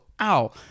ow